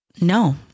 No